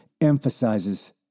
emphasizes